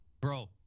Bro